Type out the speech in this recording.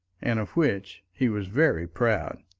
and of which he was very proud.